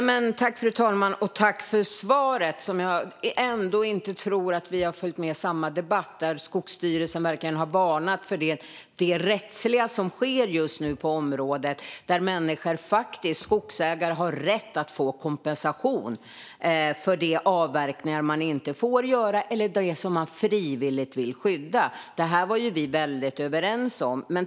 Herr talman! Jag tackar för svaret. Men jag tror inte att vi har följt samma debatt. Skogsstyrelsen har verkligen varnat för det rättsliga som just nu sker på området. Skogsägare har faktiskt rätt att få kompensation för de avverkningar man inte får göra eller den skog som man frivilligt vill skydda. Det var vi väldigt överens om.